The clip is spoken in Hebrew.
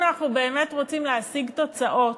אם אנחנו באמת רוצים להשיג תוצאות,